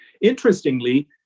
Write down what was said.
Interestingly